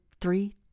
three